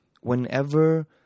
whenever